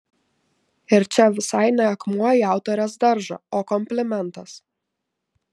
ir čia visai ne akmuo į autorės daržą o komplimentas